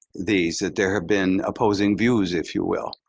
these that there have been opposing views, if you will.